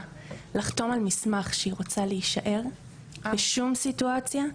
לחתום על מסמך שהיא רוצה להישאר בשום סיטואציה,